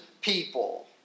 people